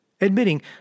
admitting